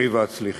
עלי והצליחי.